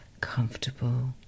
comfortable